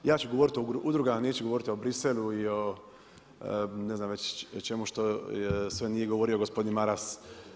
Ja ću govoriti o udrugama, neću govoriti o Bruxellesu i o ne znam već čemu što sve nije govorio gospodin Maras.